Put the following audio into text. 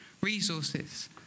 resources